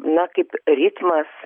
na kaip ritmas